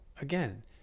again